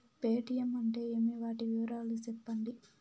Paytm అంటే ఏమి, వాటి వివరాలు సెప్పండి?